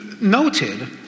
noted